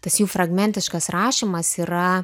tas jų fragmentiškas rašymas yra